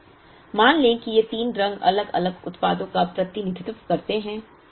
आइए मान लें कि ये तीन रंग तीन अलग अलग उत्पादों का प्रतिनिधित्व करते हैं